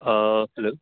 hello